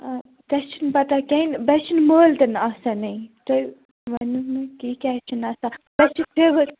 آ تیٚہ چھِنہٕ پَتہ کٔمۍ بیٚیہِ چھُنہٕ مٲل تہِ نہٕ آسٲنٕے تُہۍ ؤنِو مےٚ کہِ یہِ کیٛازِ چھِنہٕ آسان چھُ فیٖوَر